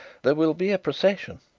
there will be a procession.